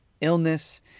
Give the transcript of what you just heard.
illness